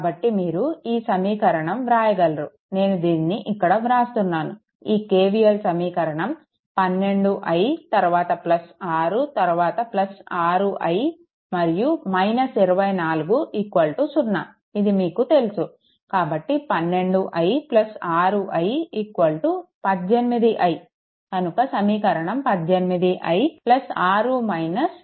కాబట్టి మీరు ఈ సమీకరణం వ్రాయగలరు నేను దీనిని ఇక్కడ వ్రాస్తున్నాను ఈ KVL సమీకరణం 12i తరువాత 6 తరువాత 6i మరియు 24 0 ఇది మీకు తెలుసు కాబట్టి 12i 6i 18i కనుక సమీకరణం 18i 6 24 0